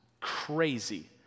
crazy